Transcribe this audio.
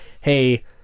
hey